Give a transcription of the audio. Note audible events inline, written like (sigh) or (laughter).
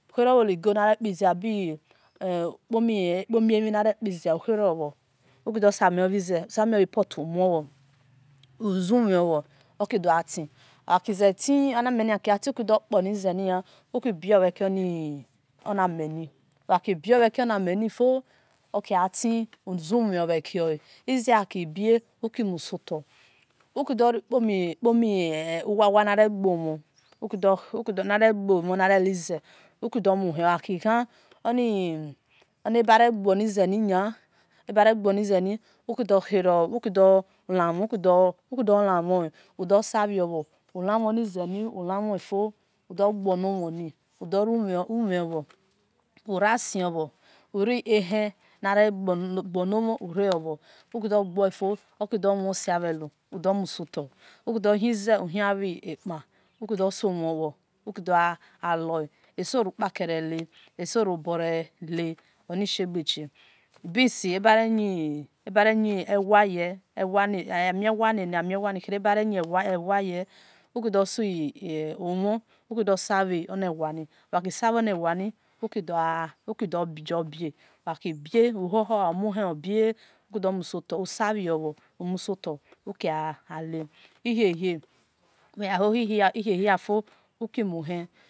Oligo na re kpi zelu bhi kpomie mi na re kpi zelua ukhiro bhor uki do same hhi put umuo bhor uzu mhe mhel bhor oki do gha ti okize ti uki do kpoi ni zenia uki bio bhi ona meni uki bio bho na meni fo uki gha ti ize gha ki bie uki musoto uki (unintelligible) (unintelligible) ebare yin ewa ye uki do so mho sa bhi one̠l wa ni uki dor jor bie uhohe lua uki do musoto usa bhio bhor umu soto ukia le ihie-hie ugha hohi hie hie fo uki mu hel.